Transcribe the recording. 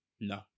No